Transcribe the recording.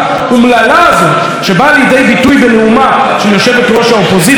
לידי ביטוי בנאומה של יושבת-ראש האופוזיציה: הרוב הטוב.